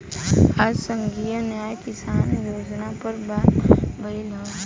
आज संघीय न्याय किसान योजना पर बात भईल ह